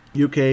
UK